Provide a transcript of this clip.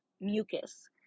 mucus